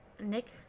Nick